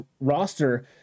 roster